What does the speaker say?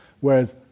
Whereas